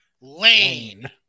Lane